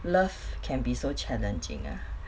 love can be so challenging ah